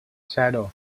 zero